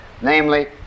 namely